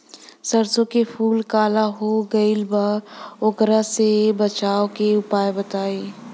सरसों के फूल काला हो गएल बा वोकरा से बचाव के उपाय बताई?